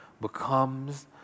becomes